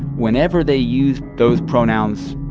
whenever they use those pronouns,